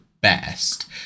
best